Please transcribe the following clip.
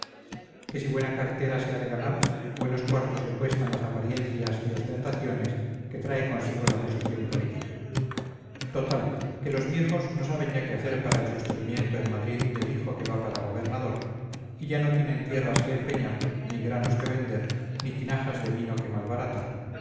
que si buena cartera se ha de ganar buenos cuartos le cuestan las apariencias y ostentaciones que trae consigo la posición política total que los viejos no saben ya qué hacer para el sostenimiento en madrid del hijo que va para gobernador y ya no tienen tierras que empeñar ni granos que vender ni tinajas de vino que malbaratar